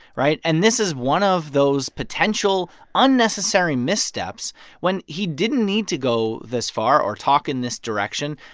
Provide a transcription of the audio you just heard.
right? and this is one of those potential unnecessary missteps when he didn't need to go this far or talk in this direction.